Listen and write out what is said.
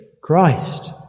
Christ